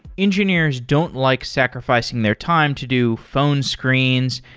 engineers don't like sacrifi cing their time to do phone screens,